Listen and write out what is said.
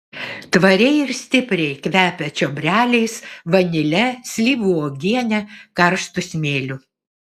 tvariai ir stipriai kvepia čiobreliais vanile slyvų uogiene karštu smėliu